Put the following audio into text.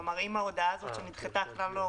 כלומר אם ההודעה הזאת שנדחתה כלל לא